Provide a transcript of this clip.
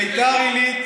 ביתר עילית,